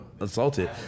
assaulted